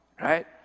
right